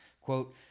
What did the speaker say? Quote